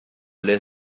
les